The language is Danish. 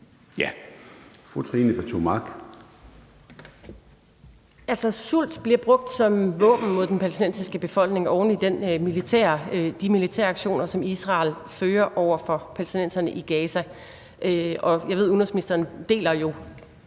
Kl. 13:20 Trine Pertou Mach (EL): Sult bliver brugt som et våben mod den palæstinensiske befolkning oven i de militæraktioner, som Israel udfører over for palæstinenserne i Gaza. Jeg ved, at udenrigsministeren deler den